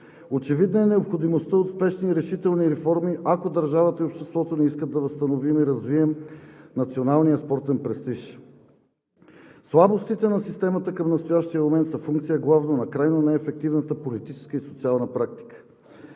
Очевидна е необходимостта от спешни решителни реформи, ако държавата и обществото ни искат да възстановим и развием националния спортен престиж. Слабостите на системата към настоящия момент са функция главно на крайно неефективната политическа и социална практика.